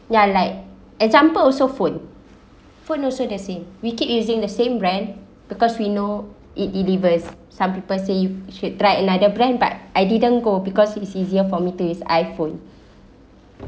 ya like example also food food also the same we keep using the same brand because we know it delivers some people say should try another brand but I didn't go because it's easier for me to use I_phone